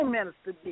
Minister